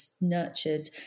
nurtured